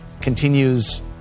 continues